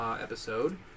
episode